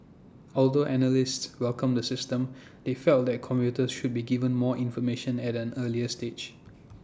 although analysts welcomed the system they felt that commuters should be given more information at an earlier stage